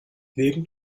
wegen